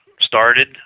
started